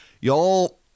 y'all